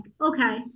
okay